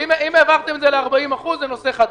יש בהגדרה: "הוא המעסיק או קרובו של המעסיק".